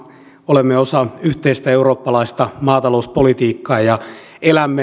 olemme osa yhteistä eurooppalaista maatalouspolitiikkaa ja elämme